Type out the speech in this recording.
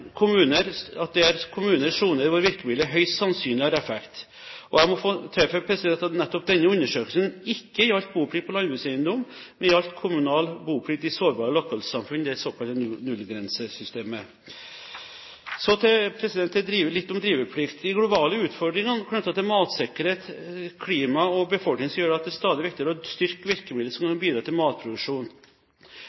det kommuner – soner – hvor virkemiddelet høyst sannsynlig har effekt.» Jeg må få tilføye at nettopp denne undersøkelsen ikke gjaldt boplikt på landbrukseiendom, men kommunal boplikt i sårbare lokalsamfunn, det såkalte nullgrensesystemet. Så litt om driveplikt. De globale utfordringene knyttet til matsikkerhet, klima og befolkningsøkningen gjør det stadig viktigere å styrke virkemidler som